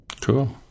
cool